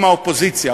עם האופוזיציה.